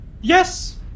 Yes